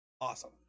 awesome